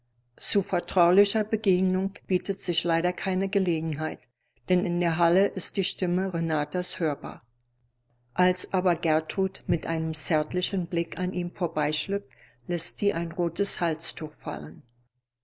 zu vertraulicher begegnung bietet sich leider keine gelegenheit denn in der halle ist die stimme renatas hörbar als aber gertrud mit einem zärtlichen blick an ihm vorbeischlüpft läßt sie ein rotes halstuch fallen